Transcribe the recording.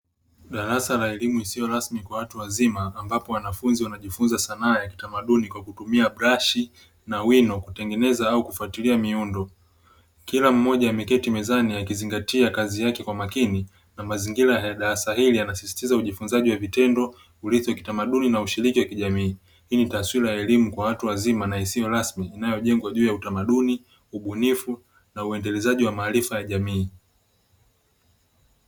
Darasa la elimu isiyo rasmi kwa watu wazima ambapo wanafunzi wanajifunza sanaa ya kitamaduni kwa kutumia brashi na wino kutengeneza au kufuatilia miundo. Kila mmoja ameketi mezani akizingatia kazi yake kwa makini, na mazingira ya darasa hili yanasisitiza ujifunzaji wa vitendo, urithi wa kitamaduni na ushiriki wa kijamii. Hii ni taswira ya elimu kwa watu wazima na isiyo rasmi inayojengwa juu ya utamaduni, ubunifu na uendelezaji wa maarifa ya jamii.